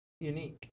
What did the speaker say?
unique